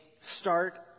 start